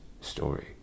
story